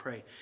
pray